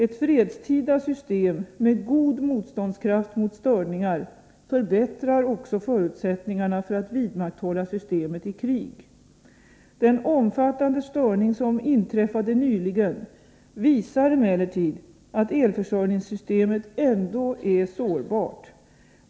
Ett fredstida system med god motståndskraft mot störningar förbättrar också förutsättningarna för att vidmakthålla systemet i krig. Den omfattande störning som inträffade nyligen visar emellertid att elförsörjningssystemet ändå är sårbart.